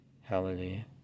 Hallelujah